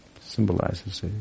Symbolizes